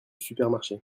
supermarché